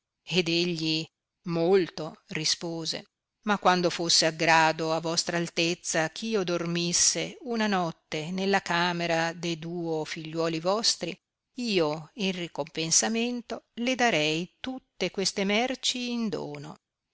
ed egli molto rispose ma quando fosse aggrado a vostra altezza eh io dormisse una notte nella camera de duo figliuoli vostri io in ricompensamento le darei tutte queste merci in dono